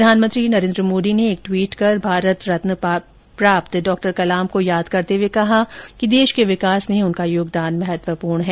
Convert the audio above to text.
प्रधानमंत्री नरेन्द्र मोदी ने एक ट्वीट कर भारत रत्न प्राप्त डॉ कलाम को याद करते हुए कहा कि देश के विकास में उनका योगदान महत्वपूर्ण है